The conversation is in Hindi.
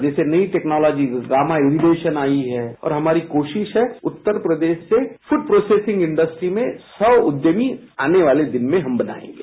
जैसे नई टेक्नोलॉजी गामा यूडेसन आई है ओर हमारी कोशिश है उत्तर प्रदेश से फूड प्रोसेसिंग इन्डस्ट्री में सौ उद्यमी औने वाले दिन में हम बनायेगे